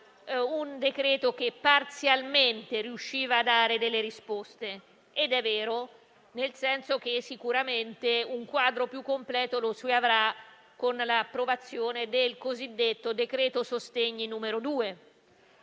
un decreto-legge che parzialmente riusciva a dare delle risposte ed è vero, nel senso che sicuramente un quadro più completo lo si avrà con l'approvazione del cosiddetto decreto sostegni-*bis*.